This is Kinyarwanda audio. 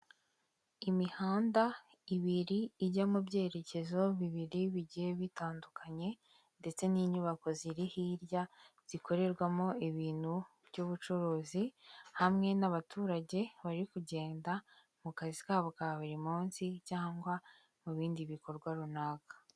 Imihanda ibiri ijya mu byerekezo bibiri bigiye bitandukanye ndetse n'inyubako ziri hirya zikorerwamo ibintu by'ubucuruzi hamwe n'abaturage bari kugenda mu kazi kabo ka buri munsi cyangwa mu bindi bikorwa runaka.